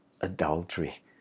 adultery